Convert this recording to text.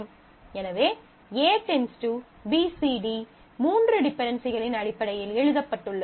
எனவே A → BCD மூன்று டிபென்டென்சிகளின் அடிப்படையில் எழுதப்பட்டுள்ளது